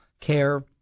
care